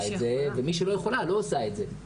את זה ומי שלא יכולה - לא עושה את זה.